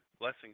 Blessing